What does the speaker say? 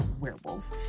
werewolf